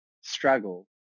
struggle